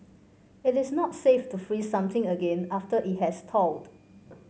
it is not safe to freeze something again after it has thawed